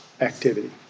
activity